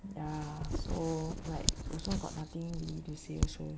ya so like also got nothing really to say also